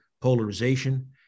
polarization